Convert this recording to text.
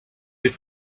you